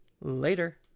Later